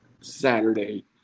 Saturday